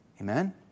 Amen